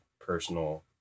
personal